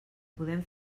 podem